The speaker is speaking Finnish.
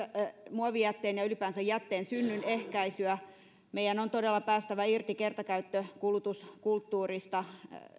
muovijätteen ja ylipäänsä jätteen synnyn ehkäisyä meidän on todella päästävä irti kertakäyttökulutuskulttuurista